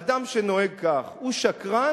אדם שנוהג כך הוא שקרן,